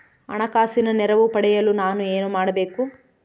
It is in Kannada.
ಹಣಕಾಸಿನ ನೆರವು ಪಡೆಯಲು ನಾನು ಏನು ಮಾಡಬೇಕು?